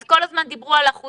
אז כל הזמן דיברו על אחוזים,